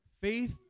faith